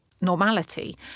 normality